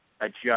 adjust